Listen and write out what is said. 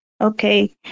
Okay